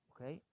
Okay